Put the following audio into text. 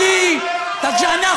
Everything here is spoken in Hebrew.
אדוני, אתה לא יכול.